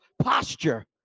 posture